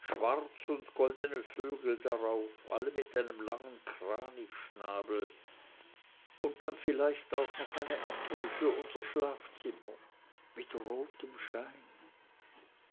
schwarz und goldene vögel darauf alle mit einem langen kranichschnabel und dann vielleicht noch eine ampel für unser schlafzimmer mit rotem schein